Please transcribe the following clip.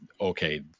okay